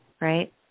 right